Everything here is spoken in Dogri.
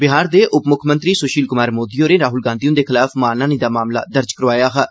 बिहार दे उप मुक्खमंत्री सुशील कुमार मोदी होरें राह्ल गांधी हंदे खलाफ मानहानि दा मामला दर्ज करोआया हा